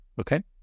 okay